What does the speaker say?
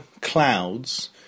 Clouds